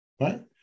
right